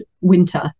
winter